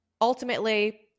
Ultimately